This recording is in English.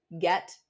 get